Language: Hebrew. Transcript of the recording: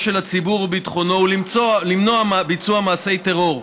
של הציבור וביטחונו ולמנוע ביצוע מעשי טרור,